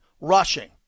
rushing